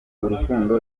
urukundo